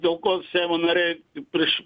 dėl ko seimo nariai prieš